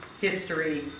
history